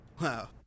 Wow